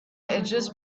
address